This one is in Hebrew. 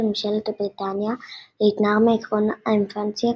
ממשלת בריטניה להתנער מעקרון האמנציפציה,